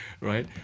right